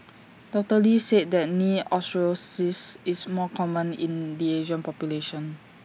doctor lee said that knee osteoarthritis is more common in the Asian population